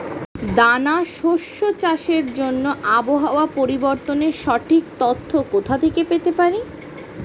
দানা শস্য চাষের জন্য আবহাওয়া পরিবর্তনের সঠিক তথ্য কোথা থেকে পেতে পারি?